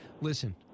listen